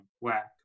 whack